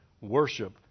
worship